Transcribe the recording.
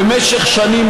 בבקשה.